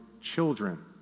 children